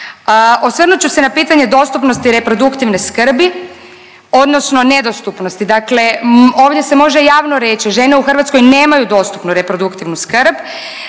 Osvrnut ću se na pitanje dostupnosti reproduktivne skrbi odnosno nedostupnosti. Dakle, ovdje se može javno reći žene u Hrvatskoj nemaju dostupnu reproduktivnu skrb.